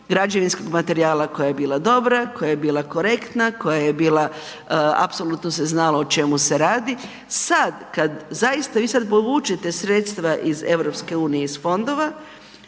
građevinskog materijala koja je bila dobra, koja je bila korektna, apsolutno se znalo o čemu se radi, sada kada vi povučete sredstva iz EU iz fondova,